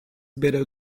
better